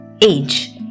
Age